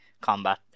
combat